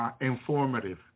informative